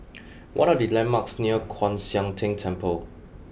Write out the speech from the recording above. what are the landmarks near Kwan Siang Tng Temple